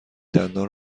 دندان